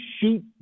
shoot